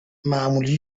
معمولی